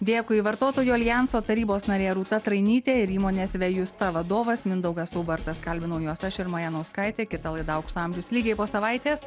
dėkui vartotojų aljanso tarybos narė rūta trainytė ir įmonės vėjusta vadovas mindaugas ubartas kalbinau juos aš irma janauskaitė kita laida aukso amžius lygiai po savaitės